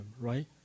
right